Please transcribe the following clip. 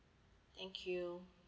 thank you